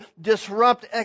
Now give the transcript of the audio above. disrupt